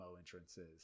entrances